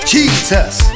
Jesus